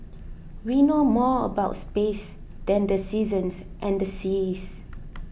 we know more about space than the seasons and the seas